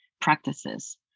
practices